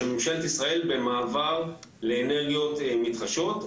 של ממשלת ישראל במעבר לאנרגיות מתחדשות.